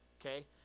okay